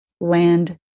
land